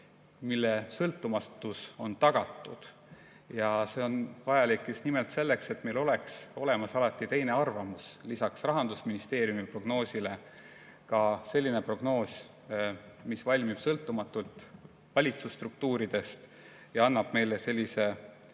mille sõltumatus on tagatud. See on vajalik just nimelt selleks, et meil oleks olemas alati teine arvamus, lisaks Rahandusministeeriumi prognoosile ka selline prognoos, mis valmib sõltumatult valitsusstruktuuridest ja annab meile sellise